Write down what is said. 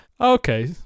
Okay